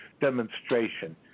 demonstration